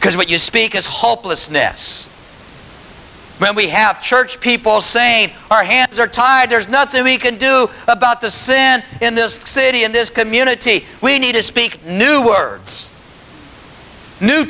because what you speak is hopelessness when we have church people saying our hands are tied there's nothing we can do about the sin in this city in this community we need to speak new